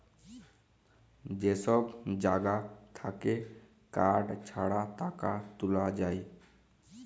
যে সব জাগা থাক্যে কার্ড ছাড়া টাকা তুলা যায়